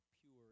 pure